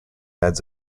adds